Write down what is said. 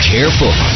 Careful